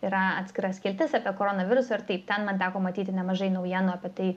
yra atskira skiltis apie koronavirusą ir taip ten man teko matyti nemažai naujienų apie tai